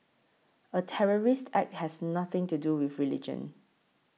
a terrorist act has nothing to do with religion